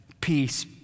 peace